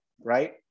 right